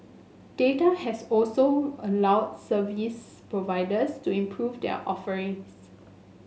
data has also allowed service providers to improve their offerings